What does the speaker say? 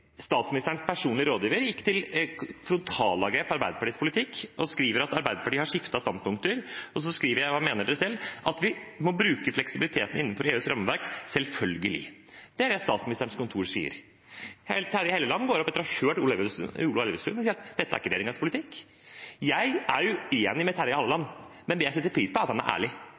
Statsministerens personlige rådgiver gikk til frontalangrep på Arbeiderpartiets politikk og skriver at Arbeiderpartiet har skiftet standpunkter. Så skriver jeg: Hva mener dere selv? – At vi må bruke fleksibiliteten innenfor EUs rammeverk, selvfølgelig. Det er det statsministerens kontor sier. Terje Halleland går opp etter å ha hørt Ola Elvestuen og sier at dette er ikke regjeringens politikk. Jeg er uenig med Terje Halleland, men jeg setter pris på at han er ærlig.